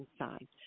inside